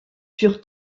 furent